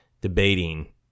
debating